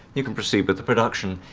you can proceed with the production!